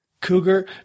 cougar